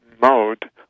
mode